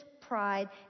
pride